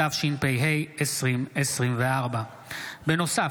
התשפ"ה 2024. בנוסף,